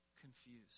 confused